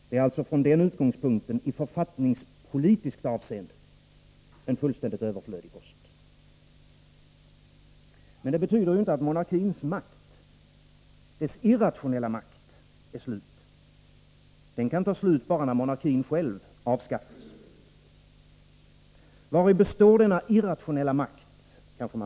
Det är alltså från den utgångspunkten i författningspolitiskt avseende en fullständigt överflödig post. Men det betyder inte att monarkins makt, dess irrationella makt, är slut. Den kan ta slut bara när monarkin själv avskaffas. Vari består denna irrationella makt?